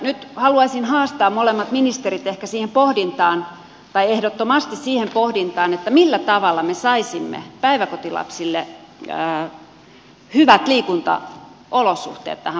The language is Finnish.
nyt haluaisin haastaa molemmat ministerit ehdottomasti siihen pohdintaan millä tavalla me saisimme päiväkotilapsille hyvät liikuntaolosuhteet tähän valtakuntaan